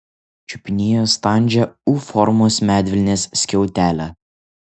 čiupinėjo standžią u formos medvilnės skiautelę